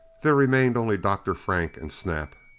there remained only dr. frank and snap.